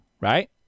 Right